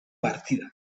partidak